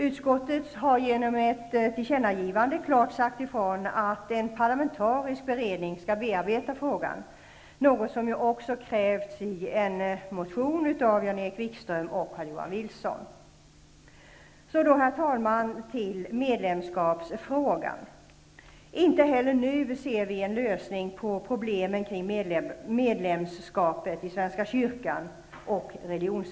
Utskottet har genom ett tillkännagivande klart sagt ifrån att en parlamentarisk beredning skall bereda frågan, något som också krävts i en motion av Jan Så då, herr talman, till medlemskapsfrågan. Inte heller nu ser vi en lösning på problemet kring religionsfriheten och medlemskapet i svenska kyrkan.